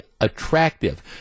attractive